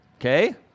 Okay